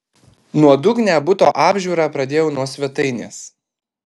nuodugnią buto apžiūrą pradėjau nuo svetainės